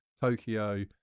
Tokyo